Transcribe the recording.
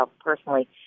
personally